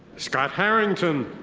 scott harrington.